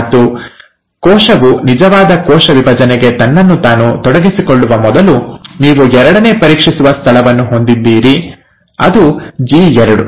ಮತ್ತು ಕೋಶವು ನಿಜವಾದ ಕೋಶ ವಿಭಜನೆಗೆ ತನ್ನನ್ನು ತಾನು ತೊಡಗಿಸಿಕೊಳ್ಳುವ ಮೊದಲು ನೀವು ಎರಡನೇ ಪರೀಕ್ಷಿಸುವ ಸ್ಥಳವನ್ನು ಹೊಂದಿದ್ದೀರಿ ಅದು ಜಿ2